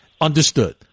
Understood